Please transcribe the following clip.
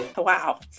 wow